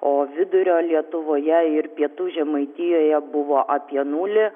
o vidurio lietuvoje ir pietų žemaitijoje buvo apie nulį